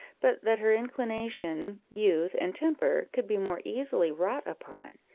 but that her inclination, youth, and temper could be more easily wrought upon.